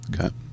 Okay